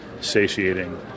satiating